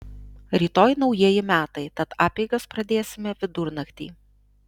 rytoj naujieji metai tad apeigas pradėsime vidurnaktį